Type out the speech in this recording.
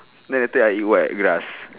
then later I eat what grass